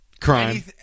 Crime